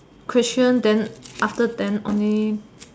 question then after then only